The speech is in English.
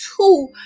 two